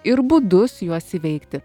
ir būdus juos įveikti